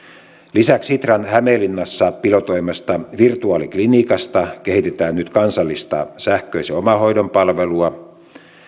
lisäksi sitran hämeenlinnassa pilotoimasta virtuaaliklinikasta kehitetään nyt kansallista sähköisen omahoidon palvelua